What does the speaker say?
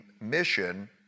mission